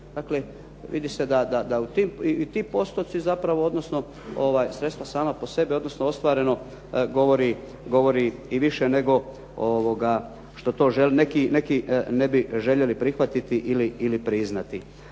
Dakle, vidi se da i ti postoci zapravo, odnosno sredstva sama po sebi, odnosno ostvareno govori i više nego što to neki ne bi željeli prihvatiti ili priznati.